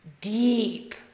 deep